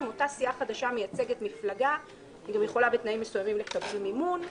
אם אותה סיעה מייצגת מפלגה היא גם יכולה בתנאים מסוימים לקבל מימון.